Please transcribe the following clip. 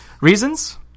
reasons